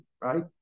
Right